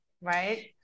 right